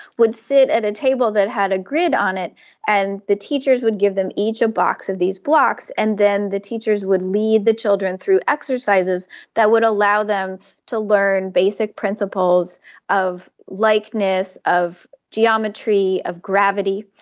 would sit at a table that had a grid on it and the teachers would give them each a box of these blocks, and then the teachers would lead the children through exercises that would allow them to learn basic principles of likeness, of geometry, of gravity.